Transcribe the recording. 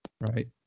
right